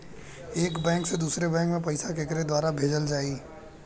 एक बैंक से दूसरे बैंक मे पैसा केकरे द्वारा भेजल जाई?